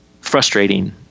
frustrating